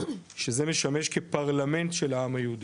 שזה משמש כפרלמנט של העם היהודי.